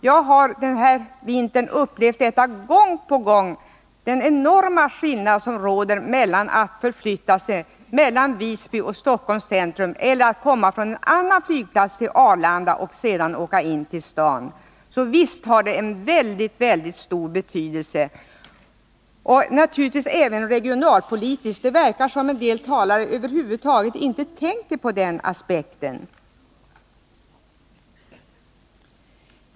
Jag har denna vinter gång på gång upplevt den enorma skillnaden mellan att förflytta sig från Visby till Stockholms centrum och att komma från en annan ort till Arlanda och sedan resa in till staden. Visst har detta en väldigt stor betydelse. Naturligtvis har flygplatsen också en stor regionalpolitisk betydelse. Det verkar som om en del talare över huvud taget inte tänker på den aspekten.